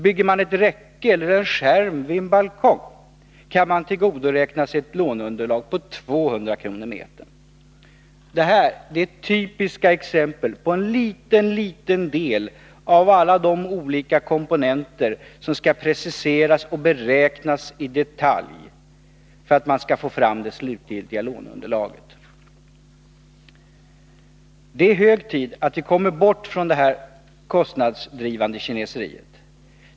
Bygger man ett räcke eller en skärm vid en balkong kan man tillgodoräkna sig ett låneunderlag på 200 kr. meter. Det här är typiska exempel på och en liten, liten del av alla de olika komponenter som skall preciseras och beräknas i detalj för att man skall få fram det slutliga låneunderlaget. Det är hög tid att vi kommer bort från detta kostnadsdrivande kineseri.